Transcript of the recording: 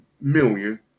million